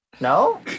No